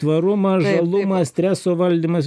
tvarumą žalumą streso valdymas